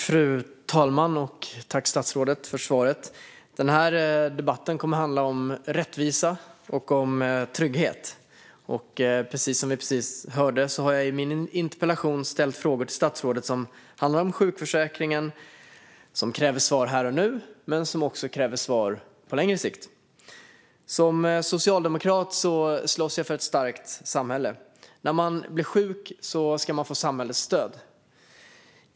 Fru talman! Tack, statsrådet, för svaret! Denna debatt kommer att handla om rättvisa och trygghet. Som vi precis hörde har jag i min interpellation ställt frågor till statsrådet om sjukförsäkringen som kräver svar här och nu men även på längre sikt. Som socialdemokrat slåss jag för ett starkt samhälle. När man blir sjuk ska man få samhällets stöd.